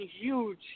huge